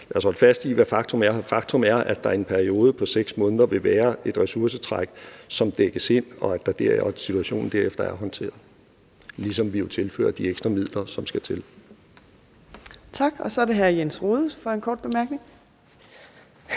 Lad os holde fast i, hvad faktum er. Faktum er, at der i en periode på 6 måneder vil være et ressourcetræk, som dækkes ind, og at situationen derefter er håndteret, ligesom vi jo tilfører de ekstra midler, som skal til. Kl. 13:14 Fjerde næstformand (Trine